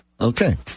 Okay